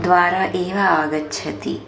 द्वारा एव आगच्छति